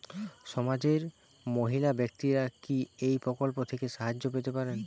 সমাজের মহিলা ব্যাক্তিরা কি এই প্রকল্প থেকে সাহায্য পেতে পারেন?